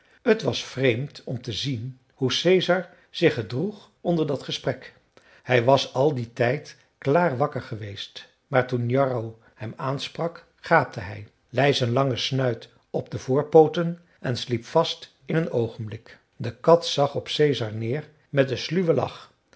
t was vreemd om te zien hoe caesar zich gedroeg onder dat gesprek hij was al dien tijd klaar wakker geweest maar toen jarro hem aansprak gaapte hij lei zijn lange snuit op de voorpooten en sliep vast in een oogenblik de kat zag op caesar neer met een sluwen lach